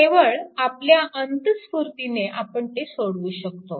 केवळ आपल्या अंतस्फूर्तीने आपण ते सोडवू शकतो